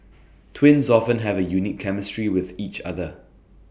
twins often have A unique chemistry with each other